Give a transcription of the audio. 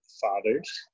fathers